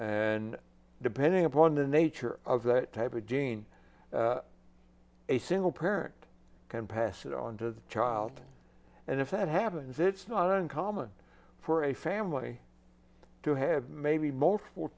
and depending upon the nature of that type of gene a single parent can pass it on to the child and if that happens it's not uncommon for a family to have maybe more